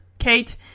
Kate